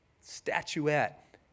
statuette